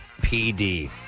PD